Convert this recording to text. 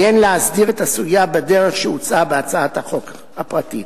כי אין להסדיר את הסוגיה בדרך שהוצעה בהצעת החוק הפרטית.